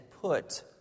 put